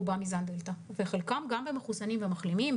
רובם מזן הדלתא, ובחלקם גם מחוסנים ומחלימים.